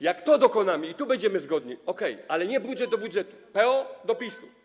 Jak tego dokonamy i tu będziemy zgodni, to OK, ale nie budżet do budżetu, PO do PiS-u.